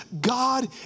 God